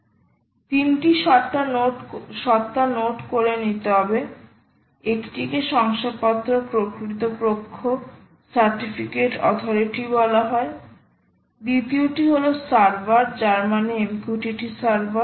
3 টি সত্তা নোট করে নিতে হবে একটিকে শংসাপত্র কর্তৃপক্ষ বলা হয় দ্বিতীয়টি হল সার্ভার যার মানে MQTT সার্ভার